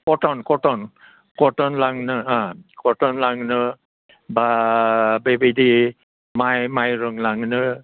cotton लांनो कटन लांनो बा बेबायदि माइ माइरं लांनो